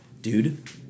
Dude